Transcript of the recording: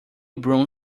broom